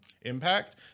impact